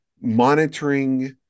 monitoring